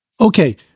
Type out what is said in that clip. Okay